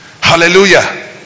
Hallelujah